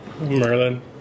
Merlin